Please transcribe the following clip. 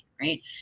right